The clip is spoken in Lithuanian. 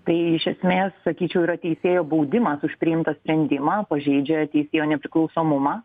tai iš esmės sakyčiau yra teisėjo baudimas už priimtą sprendimą pažeidžia teisėjo nepriklausomumą